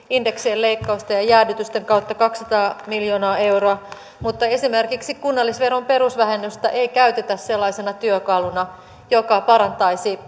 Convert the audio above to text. indeksien leikkausten ja jäädytysten kautta kaksisataa miljoonaa euroa mutta esimerkiksi kunnallisveron perusvähennystä ei käytetä sellaisena työkaluna joka parantaisi